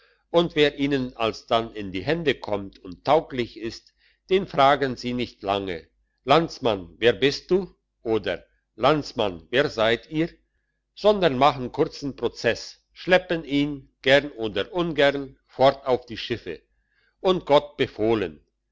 und wer ihnen alsdann in die hände kommt und tauglich ist den fragen sie nicht lange landsmann wer bist du oder landsmann wer seid ihr sondern machen kurzen prozess schleppen ihn gern oder ungern fort auf die schiffe und gott befohlen